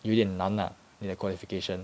有点难 ah 你的 qualification